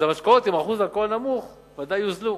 אז המשקאות עם אחוז אלכוהול נמוך ודאי יוזלו.